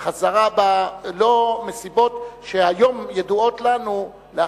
מחזרה בה לאחר מכן מסיבות שהיום לא ידועות לנו.